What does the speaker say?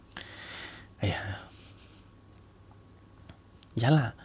!aiya! ya lah